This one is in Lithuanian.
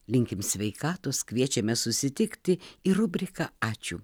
linkim sveikatos kviečiame susitikti ir rubrika ačiū